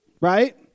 right